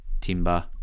timber